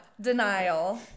denial